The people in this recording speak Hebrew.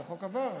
אבל הרי החוק עבר.